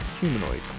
humanoid